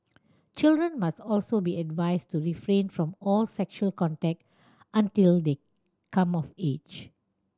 children must also be advised to refrain from all sexual contact until they come of age